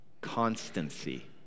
constancy